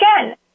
again